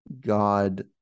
God